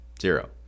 Zero